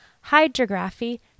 hydrography